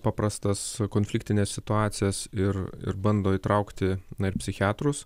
paprastas konfliktines situacijas ir ir bando įtraukti na ir psichiatrus